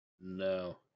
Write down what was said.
No